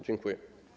Dziękuję.